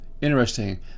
interesting